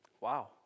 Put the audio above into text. Wow